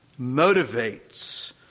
motivates